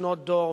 שנות דור,